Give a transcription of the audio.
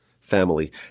family